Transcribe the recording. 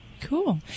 Cool